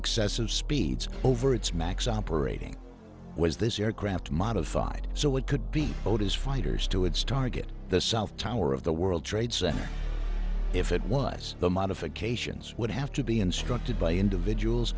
excessive speeds over its max operating was this aircraft modified so it could be sold as fighters to its target the south tower of the world trade center if it was the modifications would have to be instructed by individuals